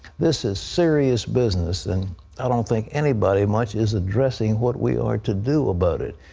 this is serious business. and i don't think anybody much is addressing what we are to do about it.